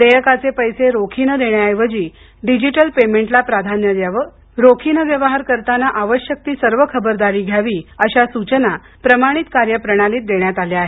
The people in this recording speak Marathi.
देयकाचे पैसे रोखीनें देण्याऐवजी डिजिटल पेमेन्टला प्राधान्य द्यावं रोखीने व्यवहार करताना आवश्यक ती सर्व खबरदारी घ्यावी अशा सूचना प्रमाणित कार्यप्रणालीत देण्यात आल्या आहेत